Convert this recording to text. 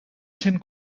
sent